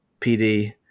PD